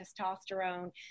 testosterone